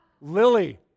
Lily